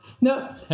No